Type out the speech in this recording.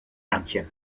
antje